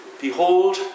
Behold